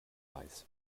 weiß